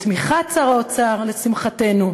בתמיכת שר האוצר לשמחתנו,